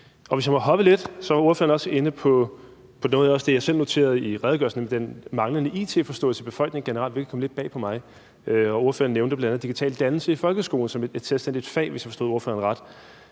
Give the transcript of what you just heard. Hvis jeg må hoppe lidt, så var ordføreren også inde på noget af det, jeg også selv noterede mig i redegørelsen, nemlig den manglende it-forståelse i befolkningen generelt, hvilket kom lidt bag på mig. Ordføreren nævnte bl.a. digital dannelse i folkeskolen som et selvstændigt fag, hvis jeg forstod ordføreren ret.